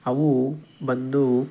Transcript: ಅವು ಬಂದು